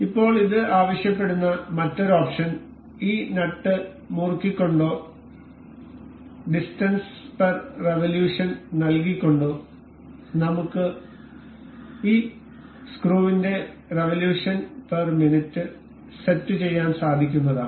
ഇപ്പോൾ ഇത് ആവശ്യപ്പെടുന്ന മറ്റൊരു ഓപ്ഷൻ ഈ നട്ട് മുറുക്കിക്കൊണ്ടോ ഡിസ്റ്റൻസ് പെർ റിവൊല്യൂഷൻ നല്കിക്കൊണ്ടോ നമുക്ക് ഈ സ്ക്രീവിന്റെ റിവൊല്യൂഷൻ പെർ മിനിറ്റ് സെറ്റ് ചെയ്യാൻ സാധിക്കുന്നതാണ്